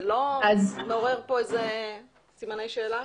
זה לא מעורר כאן איזה סימני שאלה?